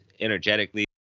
energetically